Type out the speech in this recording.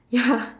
ya